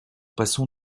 passons